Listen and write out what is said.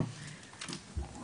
אבל